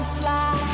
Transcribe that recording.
fly